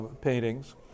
paintings